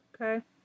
Okay